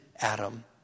Adam